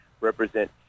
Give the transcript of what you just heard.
represent